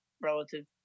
relative